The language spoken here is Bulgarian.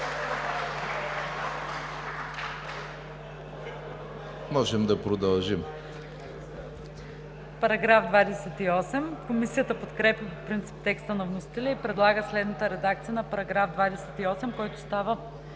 Можем да продължим,